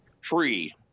free